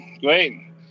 great